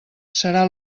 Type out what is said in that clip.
serà